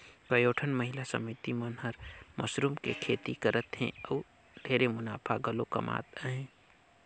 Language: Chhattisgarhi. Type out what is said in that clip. कयोठन महिला समिति मन हर मसरूम के खेती करत हें अउ ढेरे मुनाफा घलो कमात अहे